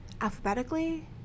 alphabetically